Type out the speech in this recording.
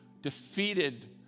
defeated